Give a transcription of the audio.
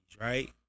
right